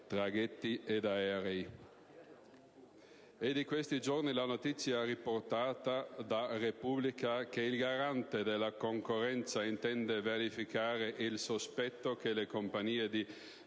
traghetti ed aerei. È di questi giorni la notizia riportata da «la Repubblica» che il Garante della concorrenza e del mercato intende verificare il sospetto che le compagnie di